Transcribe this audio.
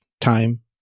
time